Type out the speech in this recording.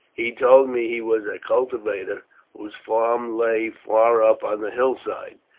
he told me he was a cultivator whose farm lay far up on the hillside.